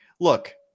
Look